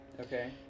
okay